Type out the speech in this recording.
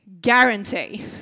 Guarantee